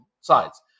sides